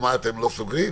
אתם לא סוגרים?